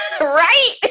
right